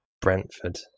Brentford